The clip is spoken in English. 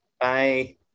Bye